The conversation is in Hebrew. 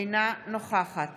אינה נוכחת